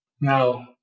Now